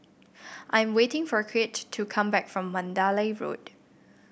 I am waiting for Crete to come back from Mandalay Road